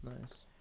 Nice